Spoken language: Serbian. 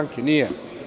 Nije.